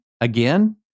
again